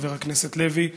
חבר הכנסת לוי,